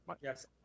Yes